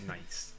Nice